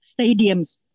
stadiums